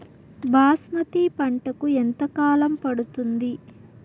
బాస్మతి పంటకు ఎంత కాలం పడుతుంది?